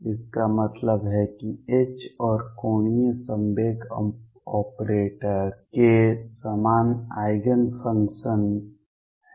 इसका मतलब है कि H और कोणीय संवेग ऑपरेटर के समान आइगेन फंक्शन हैं